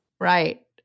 Right